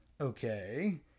Okay